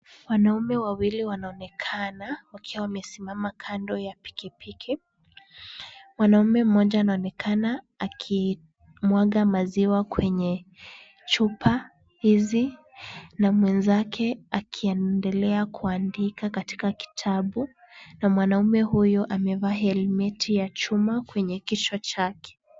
Wanaume wawili wanaonekana wakiwa wamesimama kando ya pikipiki. Mwanaume mmoja anaonekana akimwaga maziwa kwenye chupa hizi na mwenzake akiendelea kuandika katika kitabu na mwanaume huyo amevaa helmeti ya chuma kwenye kichwa chake.